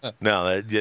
No